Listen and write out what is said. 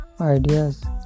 ideas